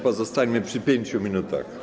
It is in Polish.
Pozostańmy przy 5 minutach.